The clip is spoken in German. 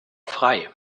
frei